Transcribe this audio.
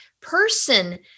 person